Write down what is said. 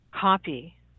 copy